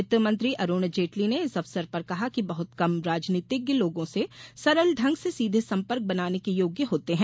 वित्त मंत्री अरूण जेटली ने इस अवसर पर कहा कि बहुत कम राजनीतिज्ञ लोगों से सरल ढंग से सीधे सम्पर्क बनाने के योग्य होते हैं